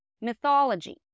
mythology